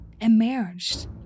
emerged